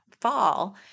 fall